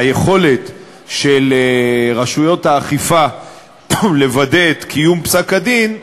היכולת של רשויות האכיפה לוודא את קיום פסק-הדין,